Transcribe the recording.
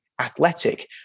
athletic